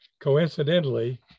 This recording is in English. coincidentally